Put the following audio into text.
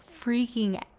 freaking